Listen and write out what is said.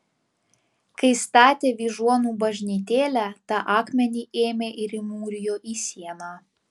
kai statė vyžuonų bažnytėlę tą akmenį ėmė ir įmūrijo į sieną